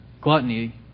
Gluttony